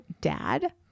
dad